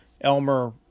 Elmer